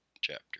chapter